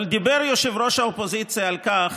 אבל דיבר ראש האופוזיציה על כך